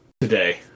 today